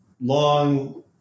long